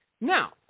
Now